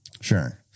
Sure